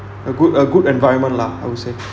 a good a good environment lah I would say